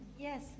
Yes